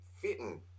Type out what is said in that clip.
fitting